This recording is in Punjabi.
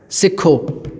ਸਿੱਖੋ